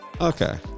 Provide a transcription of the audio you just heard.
Okay